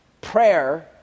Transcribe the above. Prayer